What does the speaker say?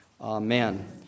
amen